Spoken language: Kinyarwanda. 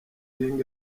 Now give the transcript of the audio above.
ping